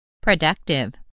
Productive